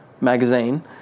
magazine